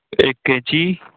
एक कैंची